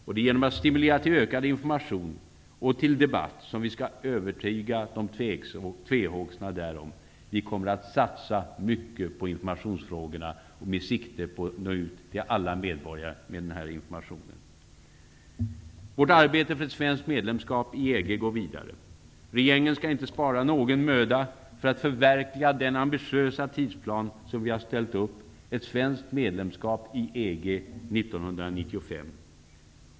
Det är genom att medverka till ökad information och stimulera till debatt som vi skall övertyga de tvehågsna härom. Vi kommer att satsa mycket på informationsfrågorna med sikte på att nå ut till alla medborgare. Vårt arbete för ett svenskt medlemskap i EG går vidare. Regeringen skall inte spara någon möda för att förverkliga den ambitiösa tidsplan som vi har ställt upp, dvs. ett svenskt medlemskap i EG 1995.